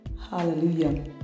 Hallelujah